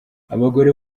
abagore